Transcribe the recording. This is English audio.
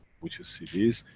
which is cedis,